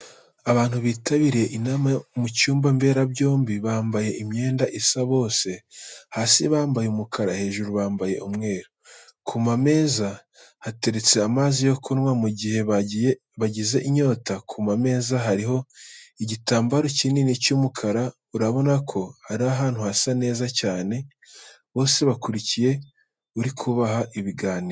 Abantu bitabiriye inama mu cyumba mberabyombi, bambaye imyenda isa bose, hasi bambaye umukara, hejuru bambaye umweru, ku mameza hateretse amazi yo kunywa mu gihe bagize inyota, ku ma meza hariho igitambaro kinini cy'umukara, urabona ko ari ahantu hasa neza cyane. Bose bakurikiye uri kubaha ibiganiro.